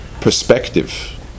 perspective